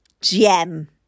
Gem